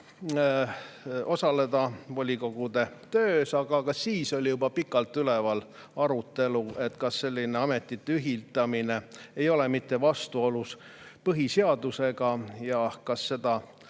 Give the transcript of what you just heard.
osaleda volikogu töös. Aga ka siis oli juba pikalt üleval arutelu, kas selline ametite ühildamine ei ole mitte vastuolus põhiseadusega ja kas seda